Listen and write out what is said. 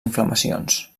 inflamacions